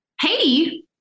Hey